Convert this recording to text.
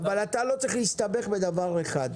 אבל אתה לא צריך להסתבך בדבר אחד.